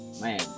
man